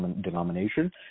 denomination